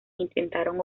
intentaron